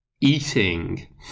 eating